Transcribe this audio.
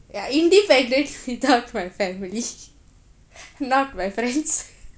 ya independent without my family not my friends